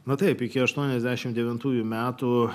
na taip iki aštuoniasdešim devintųjų metų